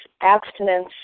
abstinence